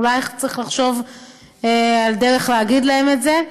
אולי צריך לחשוב על דרך להגיד להם את זה,